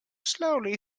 slowly